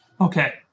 Okay